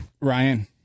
ryan